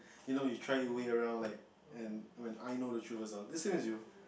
you know you try your way around like and when I know the truth as well the same as you